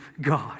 God